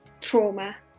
trauma